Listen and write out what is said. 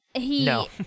No